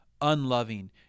unloving